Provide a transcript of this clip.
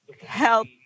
help